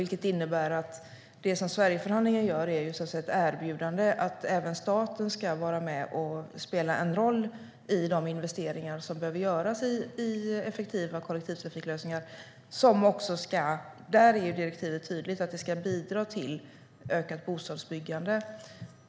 Det innebär att Sverigeförhandlingen erbjuder även staten att vara med och spela en roll i de investeringar som behöver göras i effektiva kollektivtrafiklösningar. Där är direktivet tydligt, att investeringarna ska bidra till ökat bostadsbyggande.